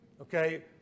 Okay